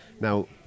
Now